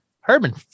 Herman